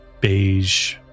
beige